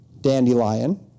dandelion